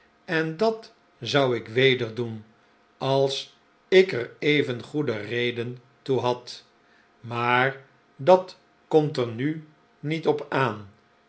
en dat zou ik weder doen als ik er evengoede reden toe had maar dat komt er nu niet op aan